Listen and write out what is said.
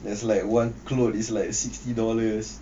there's like one clothes is like sixty dollars